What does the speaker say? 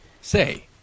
Say